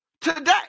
today